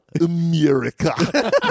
America